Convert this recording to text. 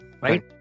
right